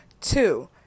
Two